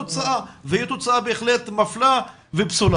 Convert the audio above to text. זה התוצאה והיא תוצאה בהחלט מפלה ופסולה.